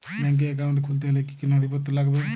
Bank account খুলতে হলে কি কি নথিপত্র লাগবে?